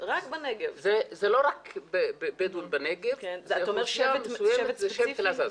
זה לא רק בדואים בנגב, זה שבט אל-עזאזמה,